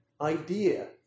idea